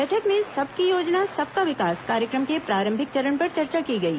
बैठक में सबकी योजना सबका विकास कार्यक्रम के प्रारंभिक चरण पर चर्चा की गई